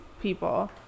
people